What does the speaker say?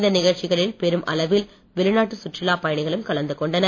இந்த நிகழ்ச்களில் பெரும் அளவில் வெளிநாட்டு சுற்றுலாப் பயணிகளும் கலந்து கொண்டனர்